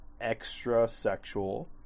extra-sexual